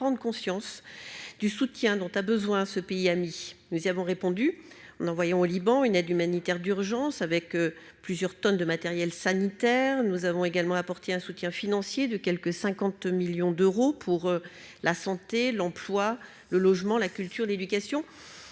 prendre conscience du soutien dont a besoin ce pays ami, nous y avons répondu en envoyant au Liban une aide humanitaire d'urgence avec plusieurs tonnes de matériel sanitaire, nous avons également apporter un soutien financier de quelque 50 millions d'euros pour la santé, l'emploi, le logement, la culture, l'éducation,